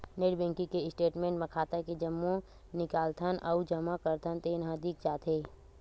net banking के statement म खाता के जम्मो निकालथन अउ जमा करथन तेन ह दिख जाथे